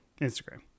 Instagram